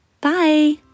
Bye